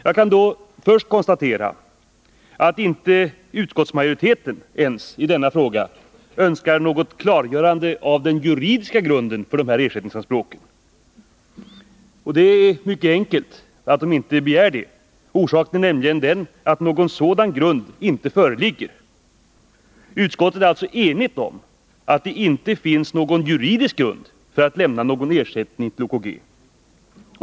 Jag kan först konstatera att inte ens utskottsmajoriteten i denna fråga önskar något klargörande av den juridiska grunden för dessa ersättningsanspråk. Orsaken till att de inte begär detta är mycket enkel, nämligen att någon sådan grund inte föreligger. Utskottet är alltså enigt om att det inte finns någon juridisk grund för att lämna någon ersättning till OKG.